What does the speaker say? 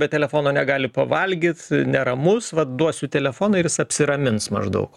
be telefono negali pavalgyt neramus vat duosiu telefoną ir jis apsiramins maždaug